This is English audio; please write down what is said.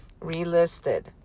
relisted